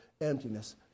emptiness